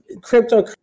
crypto